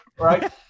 right